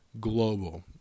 global